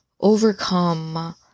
overcome